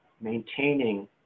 maintaining